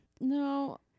No